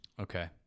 okay